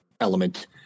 element